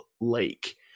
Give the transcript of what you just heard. Lake